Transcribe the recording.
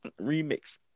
Remix